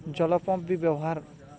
ଜଲ ପମ୍ପ୍ ବି ବ୍ୟବହାର